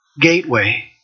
gateway